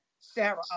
Sarah